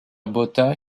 botha